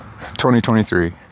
2023